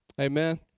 Amen